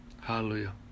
Hallelujah